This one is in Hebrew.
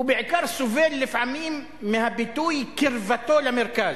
הוא בעיקר סובל לפעמים מהביטוי "קרבתו למרכז".